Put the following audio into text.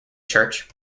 church